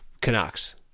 Canucks